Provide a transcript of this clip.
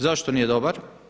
Zašto nije dobar?